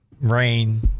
rain